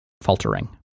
faltering